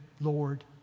Lord